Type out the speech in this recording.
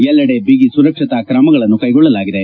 ಎಲ್ಲೆಡೆ ಬಿಗಿ ಸುರಕ್ಷತಾ ತ್ರಮಗಳನ್ನು ಕೈಗೊಳ್ಳಲಾಗಿದೆ